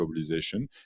globalization